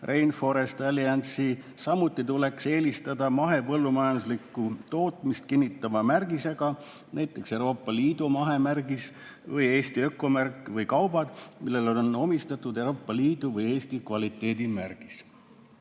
Rainforest Alliance'i [märge], samuti tuleks eelistada mahepõllumajanduslikku tootmist kinnitava märgisega [tooteid], näiteks Euroopa Liidu mahemärgis või Eesti ökomärk, või kaupu, millele on omistatud Euroopa Liidu või Eesti kvaliteedimärgis.